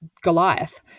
Goliath